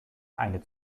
eine